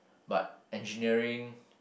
but engineering